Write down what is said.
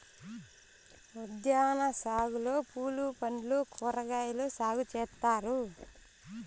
ఉద్యాన సాగులో పూలు పండ్లు కూరగాయలు సాగు చేత్తారు